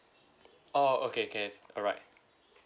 oh okay can alright